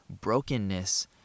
brokenness